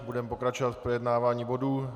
Budeme pokračovat v projednávání bodů.